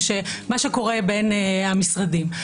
מה שקורה בין המשרדים.